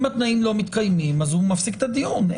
אם התנאים לא מתקיימים, הוא מפסיק את הדיון.